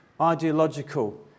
ideological